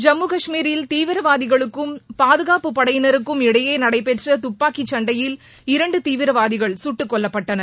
ஜம்மு காஷ்மீரில் தீவிரவாதிகளுக்கும் பாதுகாப்புப் படையினருக்கும் இடையே நடைபெற்ற துப்பாக்கிச் சண்டையில் இரண்டு தீவிரவாதிகள் குட்டுக் கொல்லப்பட்டனர்